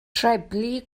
treblu